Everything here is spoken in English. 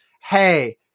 Hey